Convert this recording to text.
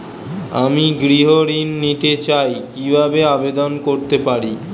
আমি গৃহ ঋণ নিতে চাই কিভাবে আবেদন করতে পারি?